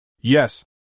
Yes